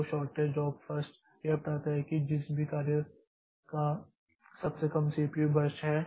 तो shortest job first यह बताता है कि जिस भी कार्य का सबसे कम सीपीयू बर्स्ट है